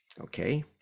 Okay